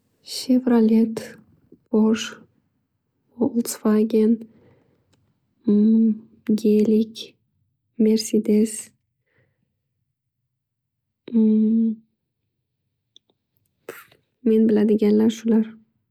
Shevrolet, porsh, woltswagen, gelik, mercedes, men biladiganlar shular.